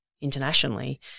internationally